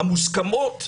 המוסכמות,